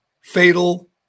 fatal